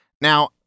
Now